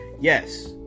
Yes